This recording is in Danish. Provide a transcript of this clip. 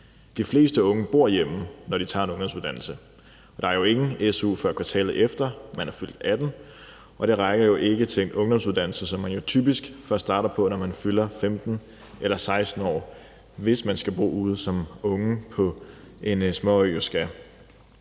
De fleste unge bor hjemme, når de tager en ungdomsuddannelse, og der er jo ingen su, før kvartalet efter at man er fyldt 18 år, og det rækker jo ikke til en ungdomsuddannelse, som man typisk først starter på, når man fylder 15 eller 16 år, hvis man skal bo ude, som unge på en småø jo skal.